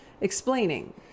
explaining